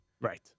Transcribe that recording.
right